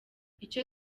icyo